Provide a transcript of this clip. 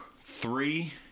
three